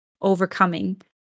overcoming